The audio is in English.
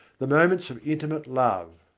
the moments of intimate love.